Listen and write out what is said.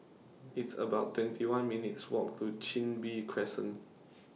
It's about twenty one minutes' Walk to Chin Bee Crescent